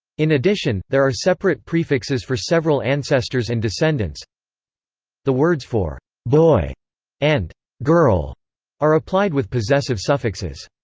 in addition, there are separate prefixes for several ancestors and descendants the words for boy and girl are applied with possessive suffixes.